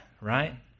right